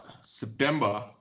September